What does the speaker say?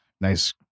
nice